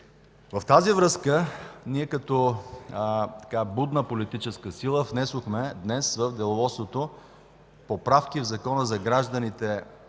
В тази връзка като будна политическа сила внесохме днес в Деловодството поправки в Закона за българите,